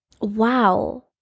wow